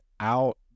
out